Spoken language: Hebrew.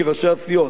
כראשי הסיעות,